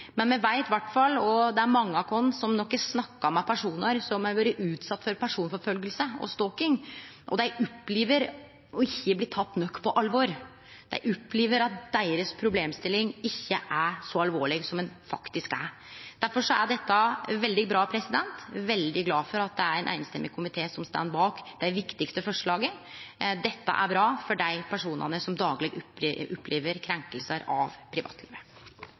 Men det er mange av oss som har snakka med personar som har vore utsette for personforfølging og stalking, og dei opplev ikkje å bli tekne nok på alvor. Dei opplev at deira problemstilling ikkje er så alvorleg som ho faktisk er. Difor er dette veldig bra. Eg er veldig glad for at det er ein samrøystes komité som står bak dei viktigaste forslaga. Dette er bra for dei personane som dagleg opplev krenkingar av privatlivet.